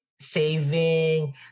saving